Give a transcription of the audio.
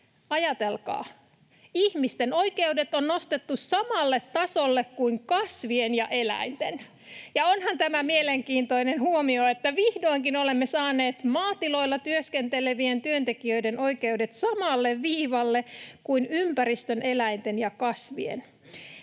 Ajatelkaa, ihmisten oikeudet on nostettu samalle tasolle kuin kasvien ja eläinten. [Naurua — Juho Eerola: Viimeinkin!] Onhan tämä mielenkiintoinen huomio, että vihdoinkin olemme saaneet maatiloilla työskentelevien työntekijöiden oikeudet samalle viivalle kuin ympäristön, eläinten ja kasvien.